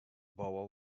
bauer